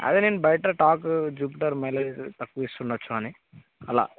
అదే నేను బయట టాకు జుపిటర్ మైలేజ్ తక్కువ ఇస్తుండవచ్చు అని అలా